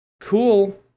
Cool